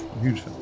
huge